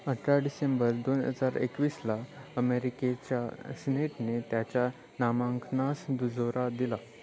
अठरा डिसेंबर दोन हजार एकवीसला अमेरिकेच्या सिनेटने त्याच्या नामांकनास दुजोरा दिला